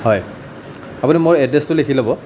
হয় আপুনি মোৰ এড্ৰেছটো লিখি ল'ব